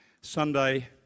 Sunday